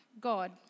God